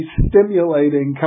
stimulating